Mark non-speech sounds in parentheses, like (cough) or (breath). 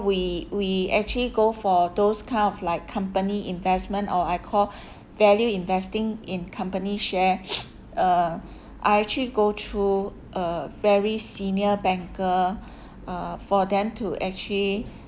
we we actually go for those kind of like company investment or I call (breath) value investing in company share (breath) uh I actually go through uh very senior banker uh for them to actually